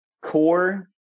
core